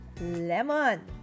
Lemon